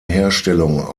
herstellung